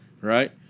Right